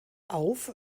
auf